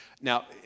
Now